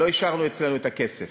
לא השארנו אצלנו את הכסף.